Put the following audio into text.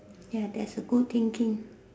ya that's a good thinking